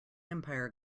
empire